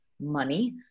money